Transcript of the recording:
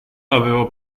avevo